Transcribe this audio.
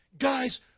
guys